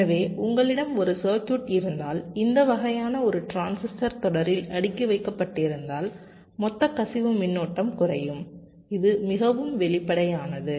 எனவே உங்களிடம் ஒரு சர்க்யூட் இருந்தால் இந்த வகையான ஒரு டிரான்சிஸ்டர் தொடரில் அடுக்கி வைக்கப்பட்டிருந்தால் மொத்த கசிவு மின்னோட்டம் குறையும் இது மிகவும் வெளிப்படையானது